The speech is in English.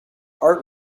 art